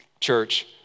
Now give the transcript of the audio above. Church